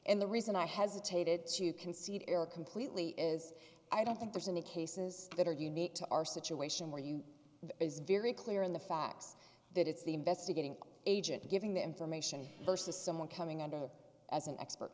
and the reason i hesitated to concede error completely is i don't think there's any cases that are unique to our situation where you are is very clear in the facts that it's the investigating agent giving the information to someone coming under as an expert